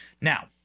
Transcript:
Now